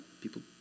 people